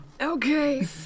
Okay